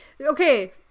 okay